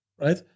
right